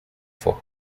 for